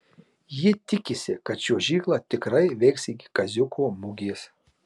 ji tikisi kad čiuožykla tikrai veiks iki kaziuko mugės